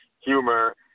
Humor